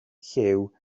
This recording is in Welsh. llyw